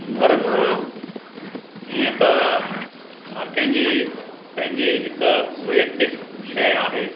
धर्म ईअं त हर कंहिंजी पंहिंजी हिकु व्यक्तिक शइ आहे